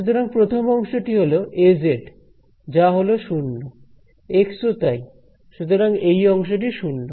সুতরাং প্রথম অংশটি হল Az যা হলো 0 এক্স ও তাই সুতরাং এই অংশটি শুন্য